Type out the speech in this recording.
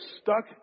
stuck